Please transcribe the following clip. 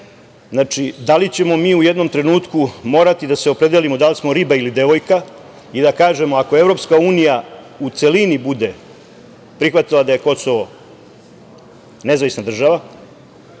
da li ćemo mi u jednom trenutku morati da se opredelimo da li smo riba ili devojka i da kažemo - ako EU u celini bude prihvatila da je Kosovo nezavisna država,